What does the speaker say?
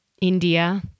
India